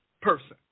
person